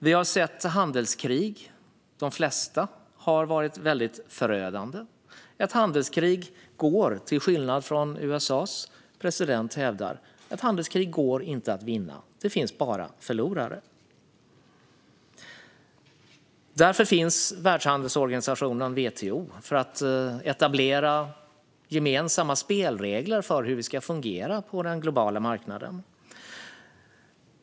Vi har sett handelskrig, varav de flesta har varit förödande. Till skillnad från vad USA:s president hävdar går ett handelskrig inte att vinna; det finns bara förlorare. Därför finns Världshandelsorganisationen, WTO - för att etablera gemensamma spelregler för hur det ska fungera på den globala marknaden.